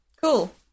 cool